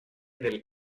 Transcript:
del